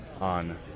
on